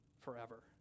forever